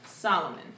Solomon